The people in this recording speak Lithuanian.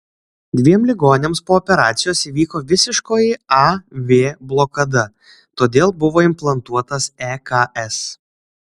dviem ligoniams po operacijos įvyko visiškoji a v blokada todėl buvo implantuotas eks